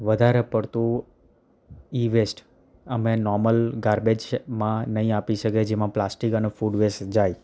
વધારે પડતું ઇવેસ્ટ અમે નોર્મલ ગાર્બેજમાં નહીં આપી શકીએ જેમાં પ્લાસ્ટીક અને ફૂડ વેસ્ટ જાય